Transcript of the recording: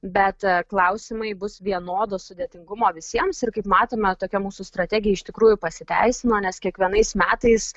bet klausimai bus vienodo sudėtingumo visiems ir kaip matome tokia mūsų strategija iš tikrųjų pasiteisino nes kiekvienais metais